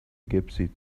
gypsy